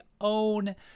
own